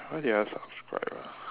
what did I subscribed ah